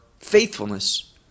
faithfulness